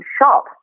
shop